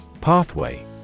Pathway